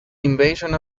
invasion